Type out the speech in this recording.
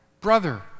brother